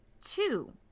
two